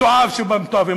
מתועב שבמתועבים.